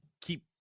keep